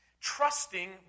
trusting